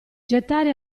gettare